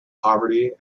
poverty